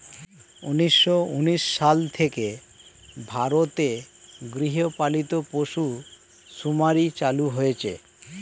উন্নিশো উনিশ সাল থেকে ভারতে গৃহপালিত পশু শুমারি চালু হয়েছে